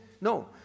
No